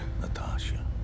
Natasha